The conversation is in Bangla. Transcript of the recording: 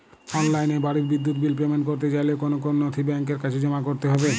অনলাইনে বাড়ির বিদ্যুৎ বিল পেমেন্ট করতে চাইলে কোন কোন নথি ব্যাংকের কাছে জমা করতে হবে?